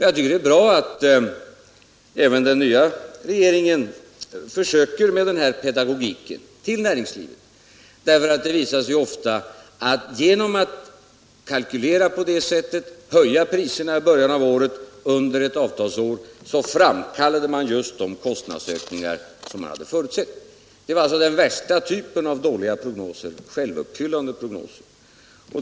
Jag tycker det är bra att även den nya regeringen försöker med denna pedagogik när det gäller näringslivet, därför att det visar sig ofta att man genom att kalkylera på det sättet — höja priserna i början av året under en avtalsrörelse — framkallar just de kostnadsökningar som man förutsett. Det var alltså den värsta typen av dåliga prognoser, självuppfyllande prognoser.